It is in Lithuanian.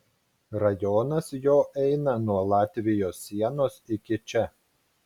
rajonas jo eina nuo latvijos sienos iki čia